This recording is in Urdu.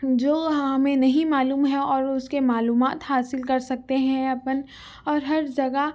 جو ہمیں نہیں معلوم ہے اور اس کے معلومات حاصل کر سکتے ہیں اپن اور ہر جگہ